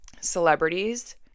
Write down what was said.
celebrities